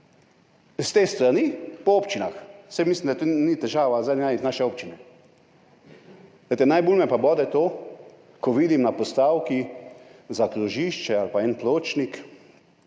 s te strani po občinah. Saj mislim, da to ni težava, zdaj najti naše občine. Najbolj me pa bode to, ko vidim na postavki za krožišče ali pa en pločnik